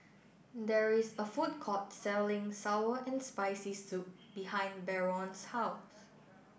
there is a food court selling Sour and Spicy Soup behind Barron's House